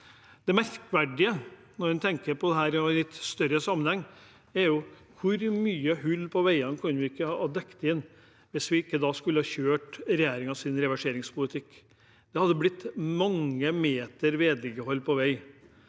Det merkverdige når en tenker på dette, og i en litt større sammenheng, er: Hvor mange hull i veiene kunne vi ikke ha fylt igjen hvis vi ikke hadde kjørt regjeringens reverseringspolitikk? Det hadde blitt mange meter med vedlikehold av vei.